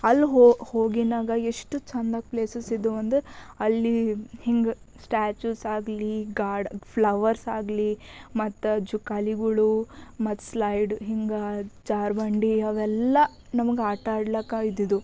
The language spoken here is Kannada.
ಅಲ್ಲಿ ಹೋಗಿನಾಗ ಎಷ್ಟು ಚಂದಾಗಿ ಪ್ಲೇಸಸ್ ಇದ್ದುವಂದ್ರ ಅಲ್ಲಿ ಹಿಂಗೆ ಸ್ಟ್ಯಾಚ್ಯೂಸ್ ಆಗಲಿ ಗಾರ್ಡ್ ಫ್ಲವರ್ಸ್ ಆಗಲಿ ಮತ್ತು ಜೋಕಾಲಿಗುಳು ಮತ್ತು ಸ್ಲೈಡ್ ಹಿಂಗೆ ಜಾರುಬಂಡಿ ಅವೆಲ್ಲ ನಮಗೆ ಆಟಾಡ್ಲಕ ಇದ್ದಿದು